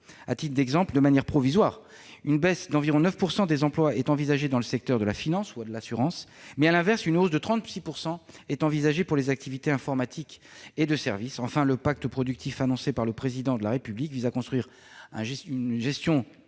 À titre d'exemple, de manière provisoire, une baisse d'environ 9 % des emplois est envisagée dans le secteur de la finance et de l'assurance, mais, inversement, on s'attend à une hausse de 36 % des emplois dans les activités informatiques et de services. Enfin, le Pacte productif annoncé par le Président de la République vise à construire une gestion